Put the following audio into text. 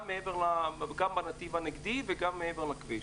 גם בנתיב הנגדי וגם מעבר לכביש.